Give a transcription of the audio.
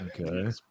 okay